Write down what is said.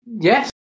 Yes